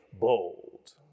bold